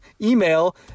email